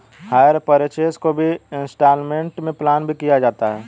higher purchase को instalment plan भी कहा जाता है